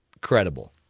credible